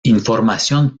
información